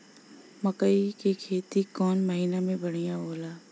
मकई के खेती कौन महीना में बढ़िया होला?